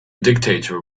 dictator